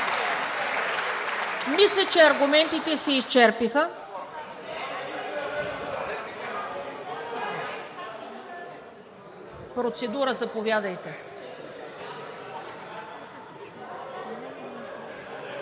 Мисля, че аргументите се изчерпаха. Процедура – заповядайте.